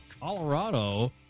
Colorado